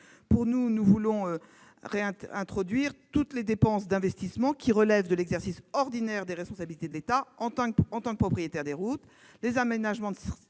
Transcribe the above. dans cette base de calcul toutes les dépenses d'investissement qui relèvent de l'exercice ordinaire des responsabilités de l'État en tant que propriétaire des routes, les aménagements de sécurité,